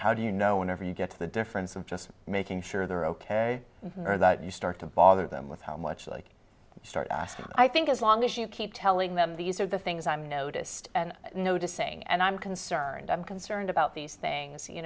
how do you know whenever you get to the difference of just making sure they're ok or that you start to bother them with how much like start i think as long as you keep telling them these are the things i'm noticed and noticing and i'm concerned i'm concerned about these things you